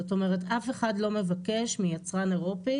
זאת אומרת אף אחד לא מבקש מיצרן אירופי